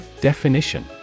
Definition